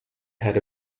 had